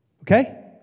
Okay